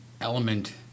element